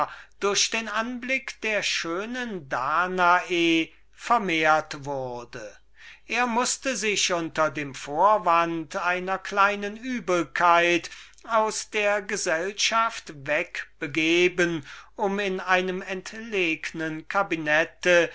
durch den anblick der schönen danae vermehrt wurde er mußte einen anstoß von übelkeit vorschützen um sich eine zeitlang aus der gesellschaft wegzubegeben um in einem entlegnen cabinet